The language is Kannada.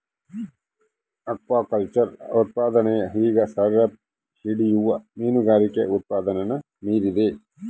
ಅಕ್ವಾಕಲ್ಚರ್ ಉತ್ಪಾದನೆಯು ಈಗ ಸೆರೆಹಿಡಿಯುವ ಮೀನುಗಾರಿಕೆ ಉತ್ಪಾದನೆನ ಮೀರಿದೆ